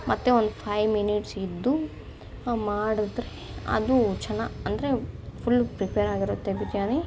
ಮತ್ತೆ ಒಂದು five minutes ಇದ್ದು ಮಾಡಿದ್ರೆ ಅದು ಚೆನ್ನಾಗಿ ಅಂದರೆ ಫುಲ್ಲು ಪ್ರಿಪೇರ್ ಆಗಿರುತ್ತೆ ಬಿರಿಯಾನಿ